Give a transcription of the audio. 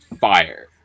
Fire